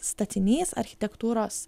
statinys architektūros